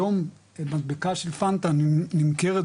היום מדבקה של פנטה נמכרת,